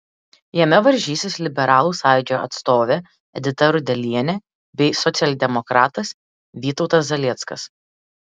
jame varžysis liberalų sąjūdžio atstovė edita rudelienė bei socialdemokratas vytautas zalieckas